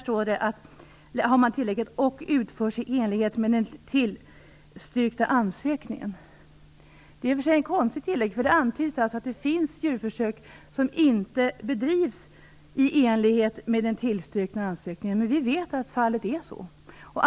Här har man följande tillägg: och utförs i enlighet med den tillstyrkta ansökningen. Det är i och för sig ett konstigt tillägg, eftersom det antyds att det finns djurförsök som inte bedrivs i enlighet med den tillstyrkta ansökningen. Men vi vet att så är fallet.